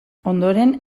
ondoren